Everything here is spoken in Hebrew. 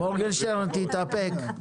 מורגנשטרן, תתאפק.